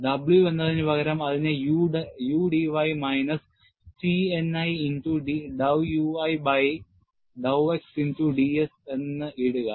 W എന്നതിനുപകരം അതിനെ U dy minus T n i into dow u i by dow x into ds എന്ന് ഇടുക